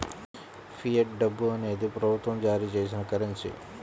fiat డబ్బు అనేది ప్రభుత్వం జారీ చేసిన కరెన్సీ